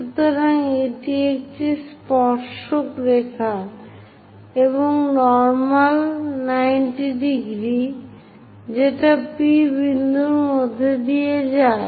সুতরাং এটি একটি স্পর্শক রেখা এবং নরমাল 90 যেটা P বিন্দুর মধ্যে দিয়ে যায়